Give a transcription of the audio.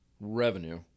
revenue